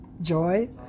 Joy